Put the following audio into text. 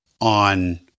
on